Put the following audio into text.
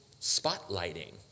spotlighting